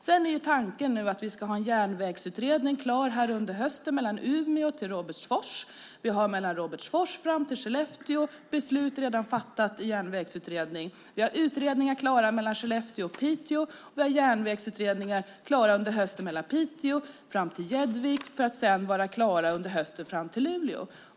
Sedan är tanken att vi nu under hösten ska ha en järnvägsutredning klar gällande sträckan mellan Umeå och Robertsfors. Vi har när det gäller sträckan Robertsfors-Skellefteå ett redan fattat beslut i järnvägsutredning. Vi har utredningar klara för sträckan Skellefteå-Piteå, och vi har järnvägsutredningar klara under hösten mellan Piteå fram till Gäddvik för att sedan under hösten vara klara fram till Luleå.